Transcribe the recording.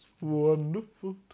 wonderful